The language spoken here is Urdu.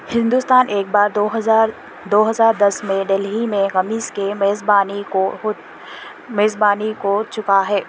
ہندوستان ایک بار دو ہزار دو ہزار دس میں ڈلہی میں گمیز کے میزبانی کو میزبانی کو چکا ہے